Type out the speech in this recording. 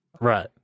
Right